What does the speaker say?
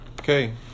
Okay